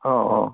অঁ অঁ